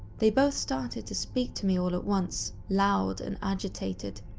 they both started to speak to me all at once, loud and agitated.